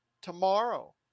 tomorrow